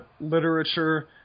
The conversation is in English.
literature